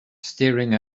staring